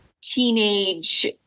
teenage